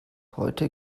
heute